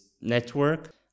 network